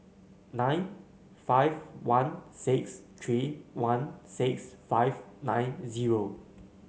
nine five one six three one six five nine zero